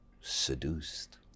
seduced